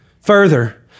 Further